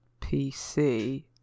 pc